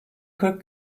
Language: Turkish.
kırk